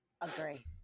Agree